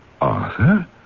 Arthur